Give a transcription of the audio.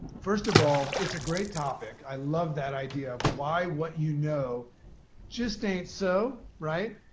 first of all, it's a great topic. i love that idea of why what you know just ain't so. right?